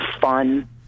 fun